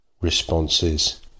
responses